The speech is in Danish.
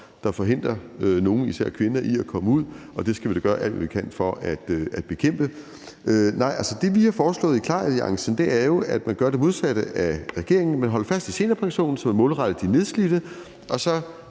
der forhindrer nogle, især kvinder, i at komme ud, og det skal vi da gøre alt, hvad vi kan, for at bekæmpe. Det, vi har foreslået i KLAR-alliancen, er jo, at man gør det modsatte af regeringen: Man holder fast i seniorpensionen, som er målrettet de nedslidte, og så